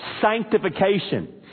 sanctification